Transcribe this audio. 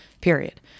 period